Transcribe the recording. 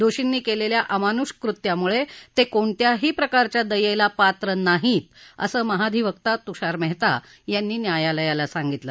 दोषींनी केलेल्या अमानुष कृत्यामुळे ते कोणत्याही प्रकारच्या दयेस पात्र नाहीत असं महाधिवक्ता तुषार मेहता यांनी न्यायालयाला सांगितलं